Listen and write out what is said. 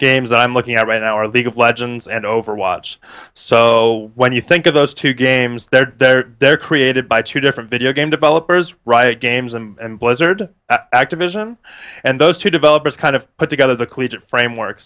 games i'm looking at right now are league of legends and overwatch so when you think of those two games they're there they're created by two different video game developers right games and blizzard activision and those two developers kind of put together the framework